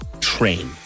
train